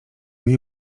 jej